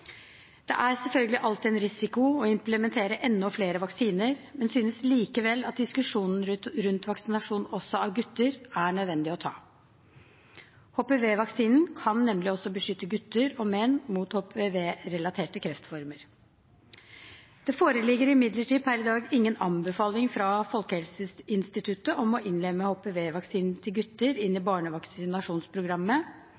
Det er selvfølgelig alltid en risiko ved å implementere enda flere vaksiner, men jeg synes likevel at diskusjonen rundt vaksinasjon også av gutter er nødvendig å ta. HPV-vaksinen kan nemlig også beskytte gutter og menn mot HPV-relaterte kreftformer. Det foreligger imidlertid per i dag ingen anbefaling fra Folkehelseinstituttet om å innlemme HPV-vaksine til gutter i barnevaksinasjonsprogrammet,